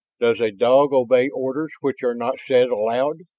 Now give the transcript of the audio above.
does a dog obey orders which are not said aloud?